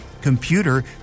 computer